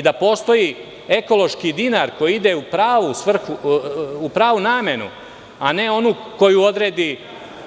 Da postoji ekološki dinar koji ide u pravu namenu, a ne onu koju odredi